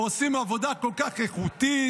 ועושים עבודה כל כך איכותית,